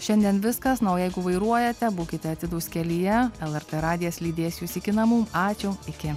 šiandien viskas nauja jeigu vairuojate būkite atidūs kelyje lrt radijas lydės jus iki namų ačiū iki